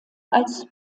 als